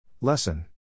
Lesson